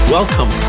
Welcome